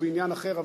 הוא בעניין אחר,